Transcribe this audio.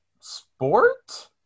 sport